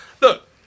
look